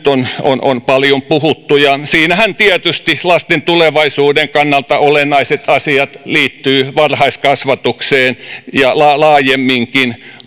on paljon puhuttu ja siinähän tietysti lasten tulevaisuuden kannalta olennaiset asiat liittyvät varhaiskasvatukseen ja laajemminkin